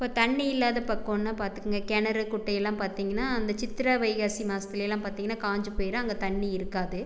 இப்போ தண்ணி இல்லாத பக்கம்னா பார்த்துக்குங்க கிணறு குட்டையெல்லாம் பார்த்தீங்கன்னா அந்த சித்திரை வைகாசி மாதத்துலயெல்லாம் பார்த்தீங்கன்னா காஞ்சு போயிடும் அங்கே தண்ணி இருக்காது